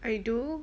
I do